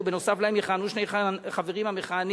ונוסף עליהם יכהנו שני חברים המכהנים